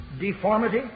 deformity